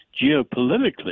geopolitically